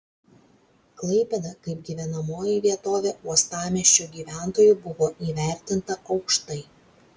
klaipėda kaip gyvenamoji vietovė uostamiesčio gyventojų buvo įvertinta aukštai